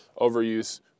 overuse